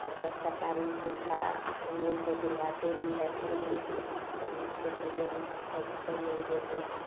और सब सरकारी सुविधा उन लोग को दिलवाते भी है फ्री में उसके सहयोग में हम सभी सहयोग देते हैं